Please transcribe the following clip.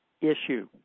issue